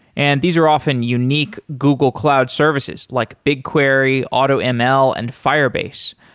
and these are often unique google cloud services like bigquery, automl and firebase.